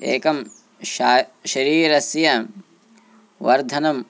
एकं शा शरीरस्य वर्धनम्